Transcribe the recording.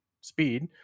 speed